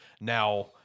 Now